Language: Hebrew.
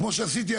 כמו שעשיתי,